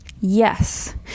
yes